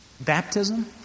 Baptism